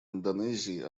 индонезии